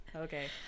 Okay